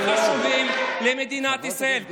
שחשובים למדינת ישראל.